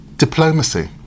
Diplomacy